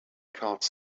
cards